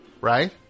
Right